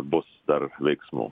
bus dar veiksmų